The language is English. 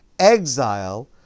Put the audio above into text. exile